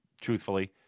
truthfully